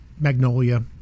Magnolia